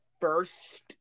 first